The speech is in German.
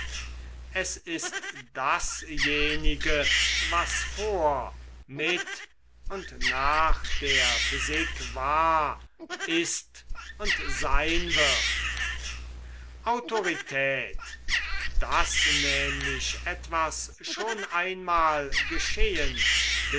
es ist dasjenige was vor mit und nach der physik war ist und sein wird autorität daß nämlich etwas schon einmal geschehen